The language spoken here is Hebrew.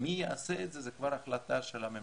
מי יעשה את זה זו כבר החלטה של הממשלה.